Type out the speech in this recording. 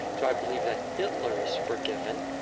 do i believe that hitler is forgiven?